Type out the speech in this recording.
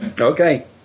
Okay